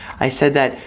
i said that,